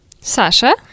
Sasha